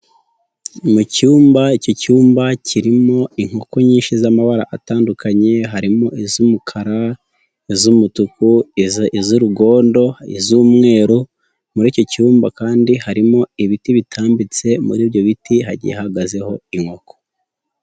Mu cyumba, iki cyumba kirimo inkoko nyinshi z'amabara atandukanye harimo iz'umukara, iz'umutuku, iz'urugondo, iz'umweru muri iki cyumba kandi harimo ibiti bitambitse, muri ibyo biti hagiye hahagazeho inkoko.